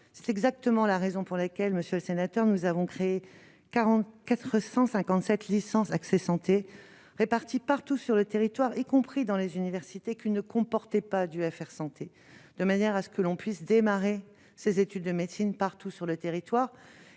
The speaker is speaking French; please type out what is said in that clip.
c'est exactement la raison pour laquelle, Monsieur le Sénateur, nous avons créé 40 457 licence accès santé répartis partout sur le territoire, y compris dans les universités qui ne comportait pas d'UFR Santé de manière à ce que l'on puisse démarrer ses études de médecine, partout sur le territoire